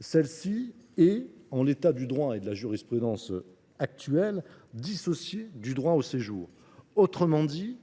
celle ci est, en l’état du droit et de la jurisprudence actuels, dissociée du droit au séjour. Autrement dit,